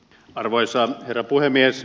arvoisa herra puhemies